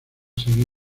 seguir